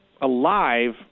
alive